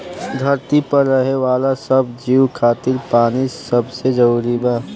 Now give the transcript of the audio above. धरती पर रहे वाला सब जीव खातिर पानी सबसे जरूरी बा